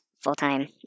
full-time